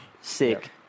Sick